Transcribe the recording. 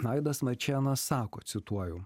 aidas marčėnas sako cituoju